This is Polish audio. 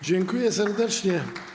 Dziękuję serdecznie.